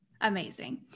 amazing